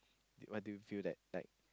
what do you feel like like